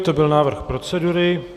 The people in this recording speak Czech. To byl návrh procedury.